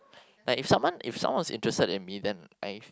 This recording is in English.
but if someone if someone was interested in me then I